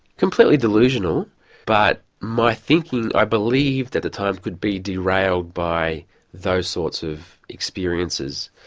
completely delusional but my thinking i believed at the time could be derailed by those sorts of experiences.